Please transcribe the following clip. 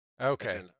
Okay